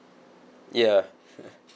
ya